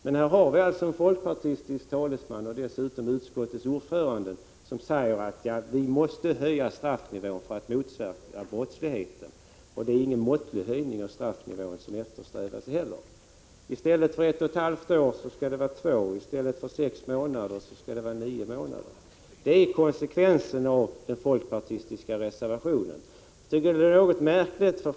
Men här har vi alltså en folkpartistisk talesman, som dessutom är utskottets ordförande, som säger att straffnivån måste höjas för att motverka brottsligheten. Det är inte heller en måttlig höjning av straffnivån som eftersträvas. I stället för 1,5 års fängelse skall det vara 2 år och i stället för 6 månader skall det vara 9 månader. Det är konsekvensen av den folkpartistiska reservationen.